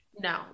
No